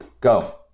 Go